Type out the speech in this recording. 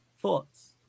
Thoughts